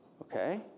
Okay